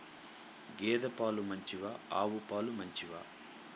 గేద పాలు మంచివా ఆవు పాలు మంచివా?